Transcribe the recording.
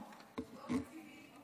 היא לא תקציבית.